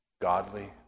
godly